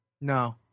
No